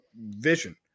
vision